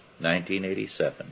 1987